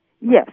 Yes